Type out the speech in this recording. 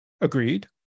Agreed